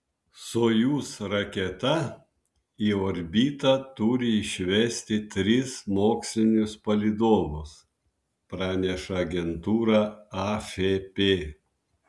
sojuz raketa į orbitą turi išvesti tris mokslinius palydovus praneša agentūra afp